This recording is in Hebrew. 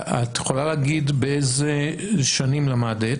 את יכולה להגיד באיזה שנים למדת,